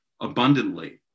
abundantly